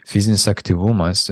fizinis aktyvumas